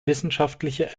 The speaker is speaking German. wissenschaftliche